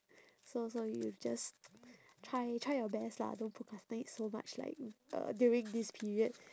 so so you just try try your best lah don't procrastinate so much like uh during this period